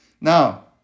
Now